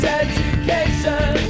education